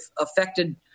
affected